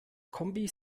kombis